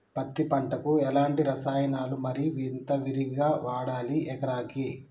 పత్తి పంటకు ఎలాంటి రసాయనాలు మరి ఎంత విరివిగా వాడాలి ఎకరాకి?